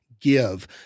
give